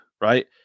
Right